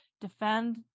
defend